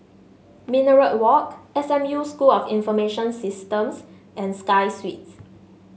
Minaret Walk S M U School of Information Systems and Sky Suites